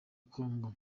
kongo